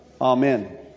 Amen